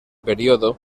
periodo